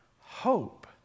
hope